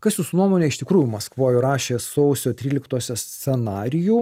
kas jūsų nuomone iš tikrųjų maskvoj rašė sausio tryliktosios scenarijų